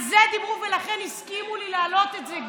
על זה דיברו, ולכן הזכירו לי להעלות את זה.